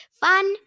Fun